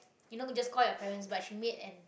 you know just call your parents but she made an